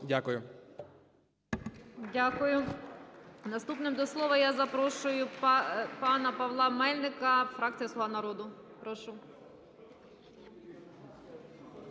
Дякую. Наступним до слова я запрошую пана Павла Мельника, фракція "Слуга народу". Прошу.